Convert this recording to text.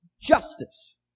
justice